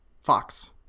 fox